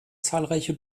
zahlreiche